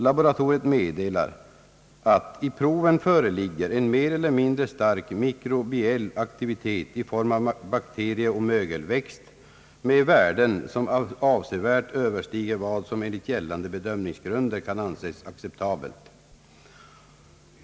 Laboratoriet meddelar att i proven föreligger »en mer eller mindre stark mikrobiell aktivitet i form av bakterieoch mögelväxt med värden som avsevärt överstiger vad som enligt gällande bedömningsgrunder kan anses acceptabelt».